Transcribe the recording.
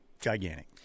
gigantic